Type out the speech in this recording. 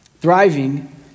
Thriving